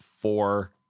four